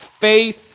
faith